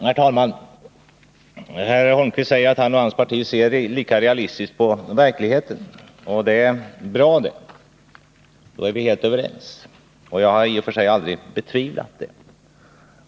Herr talman! Herr Holmqvist säger att han och hans parti ser realistiskt på verkligheten, och det är ju bra. Därmed är vi helt överens på den punkten. Jag har i och för sig aldrig betvivlat det.